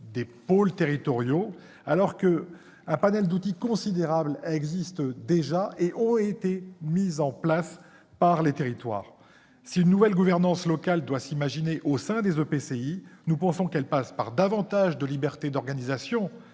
des « pôles territoriaux », alors qu'un éventail d'outils considérables existe déjà et a été mis en place par les territoires. Si une nouvelle gouvernance doit s'imaginer au sein des EPCI, nous pensons qu'elle passe par davantage de liberté d'organisation